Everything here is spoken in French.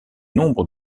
nombre